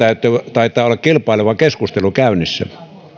taitaa olla kilpaileva keskustelu käynnissä